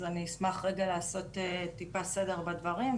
אז אני אשמח רגע לעשות טיפה סדר בדברים,